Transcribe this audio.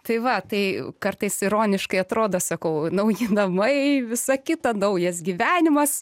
tai va tai kartais ironiškai atrodo sakau nauji namai visa kita naujas gyvenimas